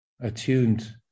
attuned